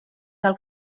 del